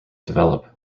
develop